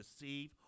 deceive